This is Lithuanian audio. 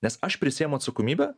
nes aš prisiimu atsakomybę